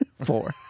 Four